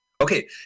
Okay